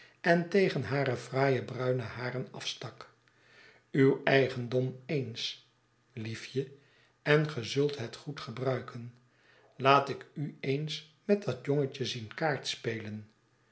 en tegen hare fraaie bruine haren afstak uw eigendom eens liefje en ge zult het goed gebruiken laat ik u eens met dat jongetje zien